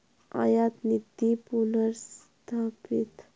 आयातनीती पुनर्स्थापित करण्यासाठीच निर्धारित केली गेली हा